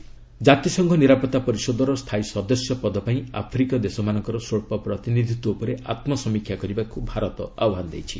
India UNSC ଜାତିସଂଘ ନିରାପତ୍ତା ପରିଷଦର ସ୍ଥାୟୀ ସଦସ୍ୟ ପଦ ପାଇଁ ଆଫ୍ରିକୀୟ ଦେଶମାନଙ୍କର ସ୍ୱଚ୍ଚ ପ୍ରତିନିଧିତ୍ୱ ଉପରେ ଅତ୍ମସମୀକ୍ଷା କରିବାକୁ ଭାରତ ଆହ୍ୱାନ ଦେଇଛି